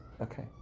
Okay